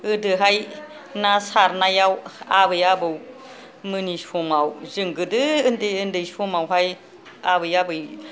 गोदोहाय ना सारनायाव आबै आबौ मोनि समाव जों गोदो उन्दै उन्दै समावहाय आबै आबौ